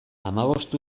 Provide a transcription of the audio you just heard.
hamabost